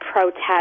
protest